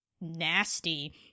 nasty